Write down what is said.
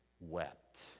wept